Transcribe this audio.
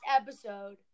episode